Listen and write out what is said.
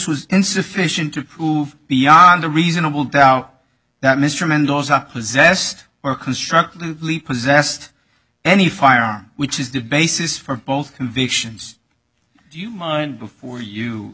was insufficient to prove beyond a reasonable doubt that mr mendoza possessed or constructively possessed any firearm which is the basis for both convictions do you mind before